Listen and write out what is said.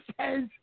says